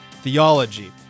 theology